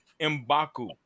Mbaku